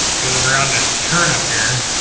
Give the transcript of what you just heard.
get it around this turnip here.